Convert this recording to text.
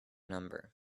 number